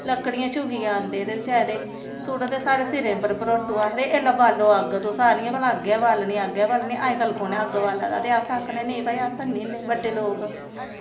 लक्कड़ियां चुगियै औंदे ते बचैरे सुट्टदे साढ़े सिरै पर भरोटू आखदे एह् लो बाल्लो अग्ग तुस आखनियां भलां अग्ग गै बाल्लनी अग्ग गै बाल्लनी अजकल्ल कु'न ऐ अग्ग बाल्ला दा ते अस आखने नेईं भई अस हैनी इन्ने बड्डे लोक